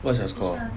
what's your score